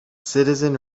citizen